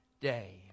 day